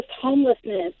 homelessness